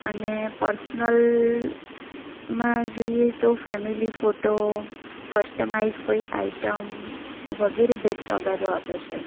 અને પર્સનલમાં જોઈએ તો ફેમેલી ફોટો કસ્ટમાઈઝ કોઈ આઈટમ વગેરે ભેટ સોગાદો આપે છે